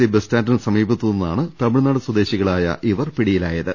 C bus സ്റ്റാൻഡിന് സമീപത്തു നിന്നാണ് തമിഴ്നാട് സ്വദേശികളായ ഇവർ പിടിയിലായത്